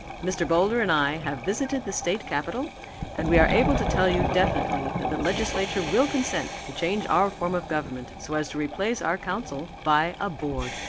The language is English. mr. boulder and i have visited the state capital and we are able to tell you definitely that the legislature will consent to change our form of government so as to replace our council by a board.